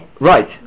Right